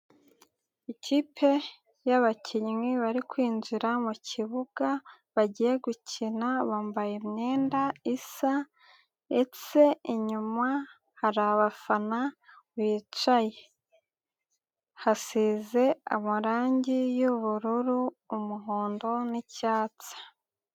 Ikipe y'abakinnyi bari kwinjira mu kibuga bagiye gukina bambaye imyenda isa ndetse inyuma hari abafana bicaye. Hasize amarangi y'ubururu, umuhondo n'icyatsi.